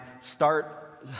Start